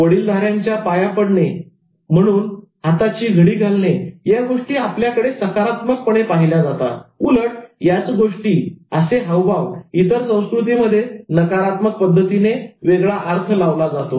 वडीलधाऱ्यांच्या पाया पडणे चरणस्पर्श करून नमन करणे हाताची घडी घालणे या गोष्टी आपल्याकडे सकारात्मकतेने पाहिल्या जातात उलट याच गोष्टीहावभाव इतर संस्कृतीमध्ये नकारात्मक पद्धतीने वेगळा अर्थ लावला जातो